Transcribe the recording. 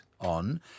on